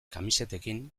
kamisetekin